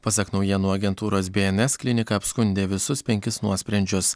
pasak naujienų agentūros bns klinika apskundė visus penkis nuosprendžius